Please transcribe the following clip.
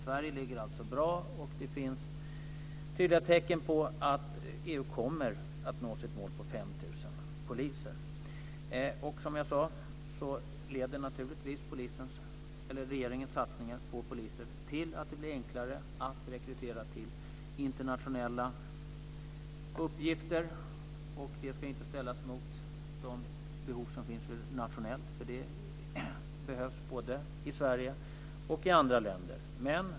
Sverige ligger alltså bra till, och det finns tydliga tecken på att EU kommer att nå sitt mål på 5 000 poliser. Regeringens satsningar på polisen leder till att det blir enklare att rekrytera till internationella uppgifter. Det ska inte ställas mot de behov som finns nationellt. De behövs både i Sverige och i andra länder.